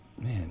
Man